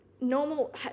normal